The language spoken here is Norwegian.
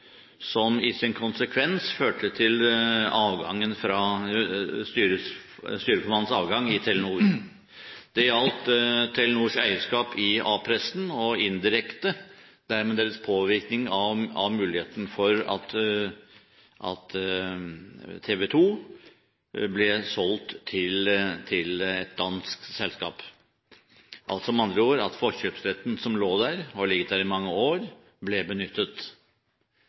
som i sin konsekvens førte til styrelederens avgang i Telenor. Det gjaldt Telenors eierskap i A-pressen og dermed indirekte deres påvirkning på muligheten for at TV 2 ble solgt til et dansk selskap. Med andre ord ble forkjøpsretten – som hadde ligget der i mange år – benyttet.